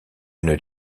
une